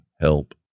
help